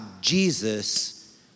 Jesus